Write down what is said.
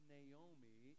Naomi